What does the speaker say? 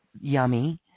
yummy